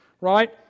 right